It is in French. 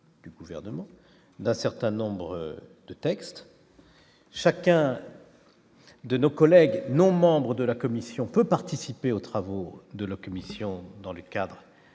du gouvernement d'un certain nombre de textes chacun. De nos collègues non membres de la commission peut participer aux travaux de la commission dans le cadre